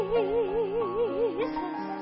Jesus